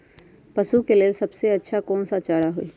पशु के लेल सबसे अच्छा कौन सा चारा होई?